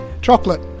chocolate